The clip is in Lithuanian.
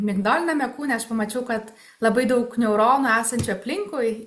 migdoliniame kūne aš pamačiau kad labai daug neuronų esančių aplinkui